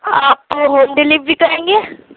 آپ home delivery کریں گے